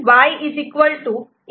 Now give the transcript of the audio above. C A'